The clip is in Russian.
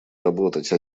работать